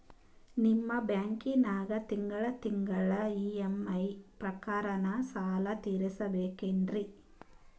ನಿಮ್ಮ ಬ್ಯಾಂಕನಾಗ ತಿಂಗಳ ತಿಂಗಳ ಇ.ಎಂ.ಐ ಪ್ರಕಾರನ ಸಾಲ ತೀರಿಸಬೇಕೆನ್ರೀ?